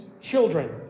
children